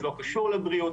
לא קשור לבריאות,